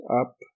up